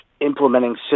implementing